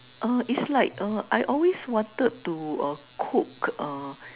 uh it's like uh I always wanted to uh cook uh